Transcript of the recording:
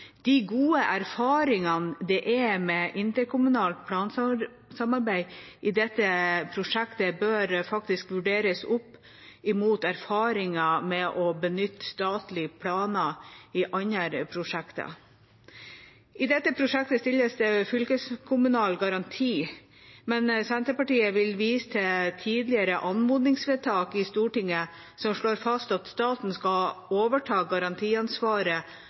De gode erfaringene det er med interkommunalt plansamarbeid i dette prosjektet, bør faktisk vurderes opp imot erfaringer med å benytte statlige planer i andre prosjekter. I dette prosjektet stilles det fylkeskommunal garanti, men Senterpartiet vil vise til tidligere anmodningsvedtak i Stortinget som slår fast at staten skal overta garantiansvaret